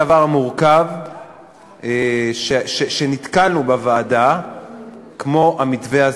כמעט אין דבר מורכב שנתקלנו בו בוועדה כמו המתווה הזה.